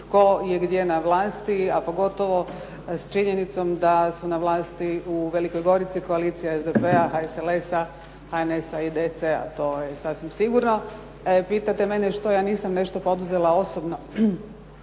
tko je gdje na vlasti, a pogotovo s činjenicom da su na vlasti u Velikoj Gorici koalicija SDP-a, HSLS-a, HNS-a i DC-a, to je sasvim sigurno. Pitate mene što ja nisam nešto poduzela osobno